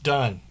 Done